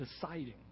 deciding